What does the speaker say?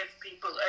people